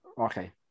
Okay